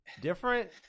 different